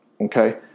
okay